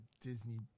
Disney